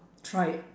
try it